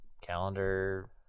Calendar